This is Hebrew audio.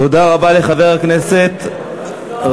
תודה רבה לחבר הכנסת גטאס.